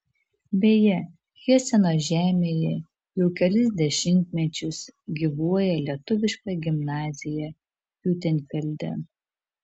beje heseno žemėje jau kelis dešimtmečius gyvuoja lietuviška gimnazija hiutenfelde